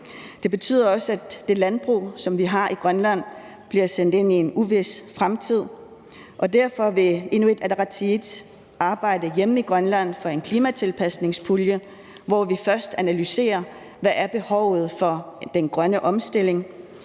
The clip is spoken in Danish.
Det betyder også, at det landbrug, som vi har i Grønland, står over for en uvis fremtid, og derfor vil Inuit Ataqatigiit arbejde hjemme i Grønland for en klimatilpasningspulje, hvor vi først analyserer, hvad behovet for den grønne omstilling